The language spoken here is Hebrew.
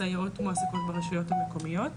הסייעות מועסקות ברשויות המקומיות.